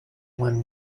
when